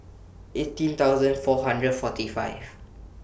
eighteen thousand four hundred forty five